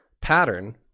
Pattern